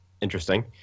interesting